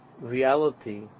reality